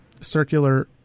circular